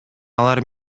алар